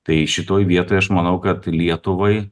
tai šitoj vietoj aš manau kad lietuvai